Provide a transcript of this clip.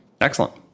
Excellent